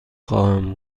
خواهم